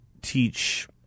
teach